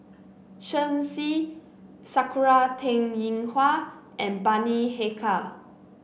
Shen Xi Sakura Teng Ying Hua and Bani Haykal